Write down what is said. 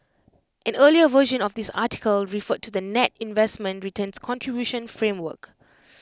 an earlier version of this article referred to the net investment returns contribution framework